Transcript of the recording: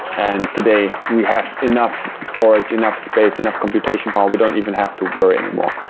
and today, we have enough storage, enough space, enough computation power. we don't even have to worry anymore.